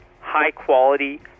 high-quality